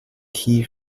key